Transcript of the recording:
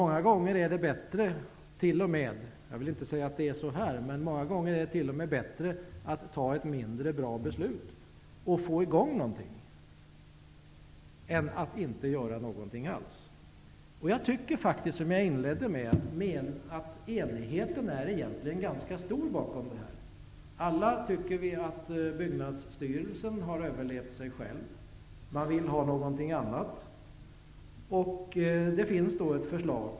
Många gånger är det t.o.m. bättre -- jag vill inte säga att det är så just här -- att fatta ett mindre bra beslut och få i gång någonting än att inte göra någonting alls. Jag tycker faktiskt, som jag sade inledningsvis, att enigheten egentligen är ganska stor i denna fråga. Alla tycker vi att Byggnadsstyrelsen har överlevt sig själv. Man vill ha någonting annat. Det finns nu ett förslag.